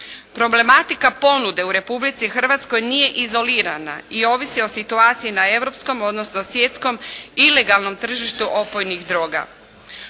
Problematika ponude u Republici Hrvatskoj nije izolirana i ovisi o situaciji na europskom odnosno svjetskom ilegalnom tržištu opojnih droga.